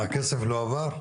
הכסף לא הועבר?